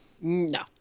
No